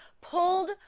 pulled